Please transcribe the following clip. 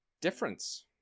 difference